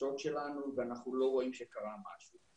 החששות שלנו ואנחנו לא רואים שקרה משהו.